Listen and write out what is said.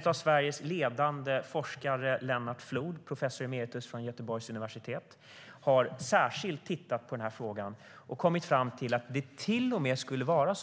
En av Sveriges ledande forskare, Lennart Flood, professor emeritus från Göteborgs universitet, har särskilt tittat på frågan och kommit fram till att det till och med kan vara